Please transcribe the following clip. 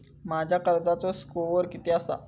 माझ्या कर्जाचो स्कोअर किती आसा?